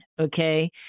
Okay